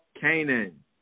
Canaan